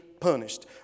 punished